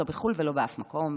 לא בחו"ל ולא באף מקום,